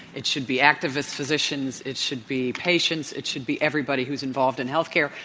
it should be activist physicians. it should be patients. it should be everybody who's involved in healthcare.